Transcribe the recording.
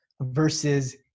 versus